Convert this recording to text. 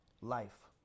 life